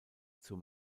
zur